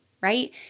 right